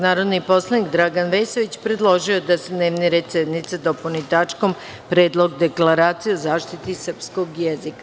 Narodni poslanik Dragan Vesović predložio je da se dnevni red sednice dopuni tačkom – Predlog deklaracije o zaštiti srpskog jezika.